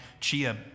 chia